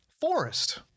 forest